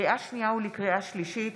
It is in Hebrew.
לקריאה שנייה ולקריאה שלישית,